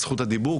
זכות הדיבור,